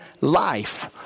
life